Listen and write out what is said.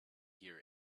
hear